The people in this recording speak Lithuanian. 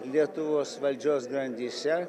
lietuvos valdžios grandyse